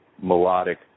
melodic